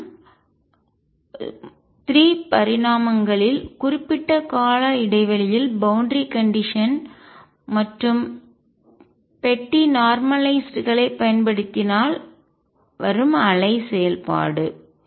இது தான் 3 பரிமாணங்களில் குறிப்பிட்ட கால இடைவெளி பவுண்டரி கண்டிஷன் எல்லை நிபந்தனை மற்றும் பெட்டி நார்மலய்ஸ்டு களைப் பயன்படுத்தினால் வரும் அலை செயல்பாடு